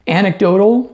anecdotal